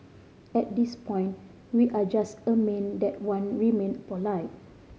at this point we are just that Wan remained polite